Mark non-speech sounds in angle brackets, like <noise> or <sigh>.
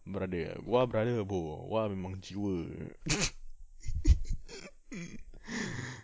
brother wa brother boh wa memang jiwa <laughs>